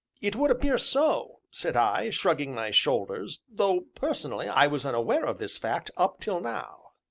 it would appear so, said i, shrugging my shoulders, though, personally, i was unaware of this fact up till now.